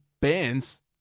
bands